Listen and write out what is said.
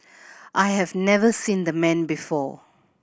I have never seen the man before